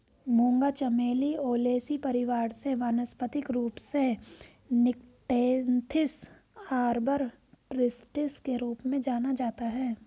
मूंगा चमेली ओलेसी परिवार से वानस्पतिक रूप से निक्टेन्थिस आर्बर ट्रिस्टिस के रूप में जाना जाता है